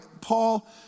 Paul